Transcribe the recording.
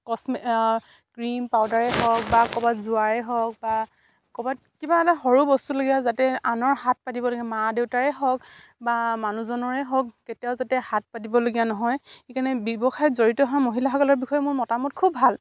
cream পাউদাৰেেই হওক বা ক'বাত যোৱায়েই হওক বা ক'ৰবাত কিবা এটা সৰু যাতে আনৰ হাত পাতিবলগীয়া মা দেউতাৰেই হওক বা মানুহজনৰে হওক কেতিয়াও যাতে হাত পাতিবলগীয়া নহয় সেইকাৰণে ব্যৱসায়ত জড়িত হোৱা মহিলাসকলৰ বিষয়ে মোৰ মতামত খুব ভাল